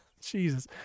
Jesus